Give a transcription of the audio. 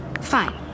Fine